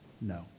no